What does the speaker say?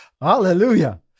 hallelujah